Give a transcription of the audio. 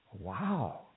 Wow